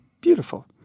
beautiful